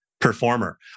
performer